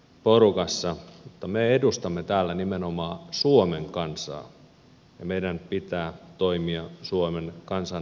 mutta me edustamme täällä nimenomaan suomen kansaa ja meidän pitää toimia suomen kansan etujen mukaisesti